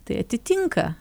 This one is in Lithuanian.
tai atitinka